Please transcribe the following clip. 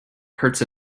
hurts